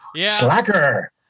Slacker